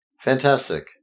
fantastic